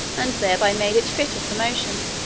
and thereby made it fitter for motion,